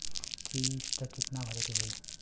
किस्त कितना भरे के होइ?